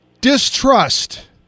distrust